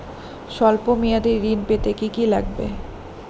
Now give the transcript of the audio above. সল্প মেয়াদী ঋণ পেতে কি কি লাগবে?